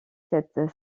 cette